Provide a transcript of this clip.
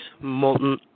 molten